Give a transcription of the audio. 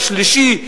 השלישי,